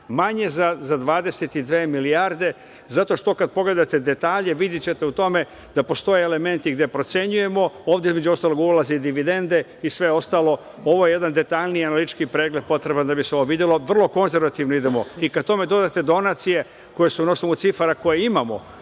Manje za 22 milijarde, zato što kad pogledate detalje videćete u tome da postoje elementi gde procenjujemo. Ovde, između ostalog, ulaze i dividende i sve ostalo. Ovo je jedan detaljniji analitički pregled potreban da bi se ovo videlo. Vrlo konzervativno idemo. I kad tome dodate donacije koje se, na osnovu cifara koje imamo,